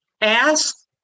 ask